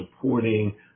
supporting